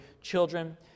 children